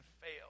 fail